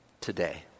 today